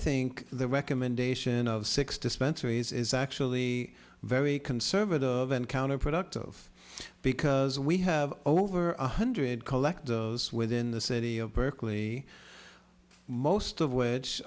think the recommendation of six dispensaries is actually very conservative of an counterproductive because we have over one hundred collect those within the city of berkeley most of which